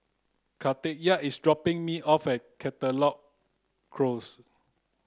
Katharyn is dropping me off at Caldecott Close